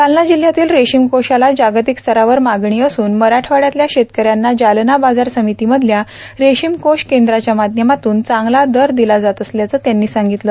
जालना जिल्हयातील रेशीम कोषाला जागतिक स्तरावर मागणी असून मराठवाडयातल्या शेतकऱ्यांना जालना बाजार समितीमधल्या रेशीम कोष केंद्राच्या माध्यमातून चांगला दर दिला जात असल्याचं त्यांनी सांगितलं